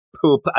poop